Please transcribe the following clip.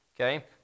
okay